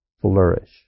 flourish